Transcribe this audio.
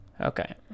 Okay